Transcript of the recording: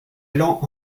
glands